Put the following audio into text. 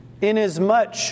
inasmuch